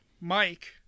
mike